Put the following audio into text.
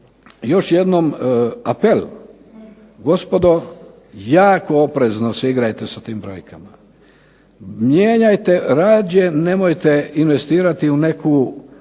još jednom apel gospodo, jako oprezno se igrajte sa tim brojkama. Mijenjajte, rađe nemojte investirati u neku